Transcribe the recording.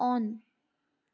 on